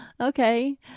okay